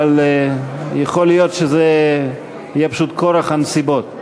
אבל יכול להיות שזה יהיה פשוט בכורח הנסיבות.